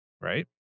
right